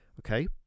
Okay